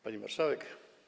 Pani Marszałek!